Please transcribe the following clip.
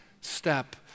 step